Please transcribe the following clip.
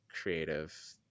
creative